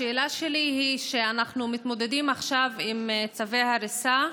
השאלה שלי היא שאנחנו מתמודדים עכשיו עם צווי הריסה,